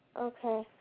Okay